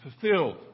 fulfilled